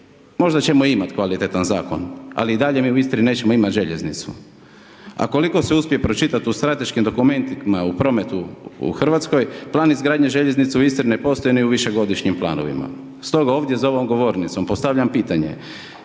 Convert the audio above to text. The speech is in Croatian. možda ćemo imati kvalitetan zakon, ali i dalje mi u Istri nećemo imati željeznicu. A koliko se uspije pročitati u strateškim dokumentima, u prometu, u Hrvatskoj, plan izgradnje željeznice u Istri ne postoji ni u višegodišnjim planovima. Stoga, ovdje za ovom govornicom, postavljam pitanje,